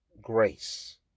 grace